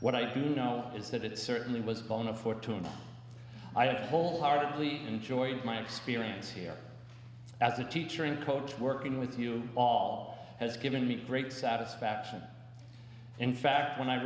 what i do know is that it certainly was bona for two and i had whole heartedly enjoyed my experience here as a teacher and coach working with you all has given me great satisfaction in fact when i